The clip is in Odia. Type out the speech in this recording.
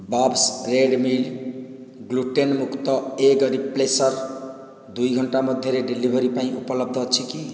ବବ୍ସ୍ ରେଡ଼୍ ମିଲ୍ ଗ୍ଲୁଟେନ୍ ମୁକ୍ତ ଏଗ୍ ରିପ୍ଲେସର୍ ଦୁଇ ଘଣ୍ଟା ମଧ୍ୟରେ ଡ଼େଲିଭରି ପାଇଁ ଉପଲବ୍ଧ ଅଛି କି